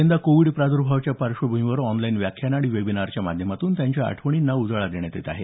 यंदा कोविड प्रादर्भावाच्या पार्श्वभूमीवर ऑनलाईन व्याख्यानं आणि वेबिनारच्या माध्यमातून त्यांच्या आठवणींना उजाळा देण्यात येत आहे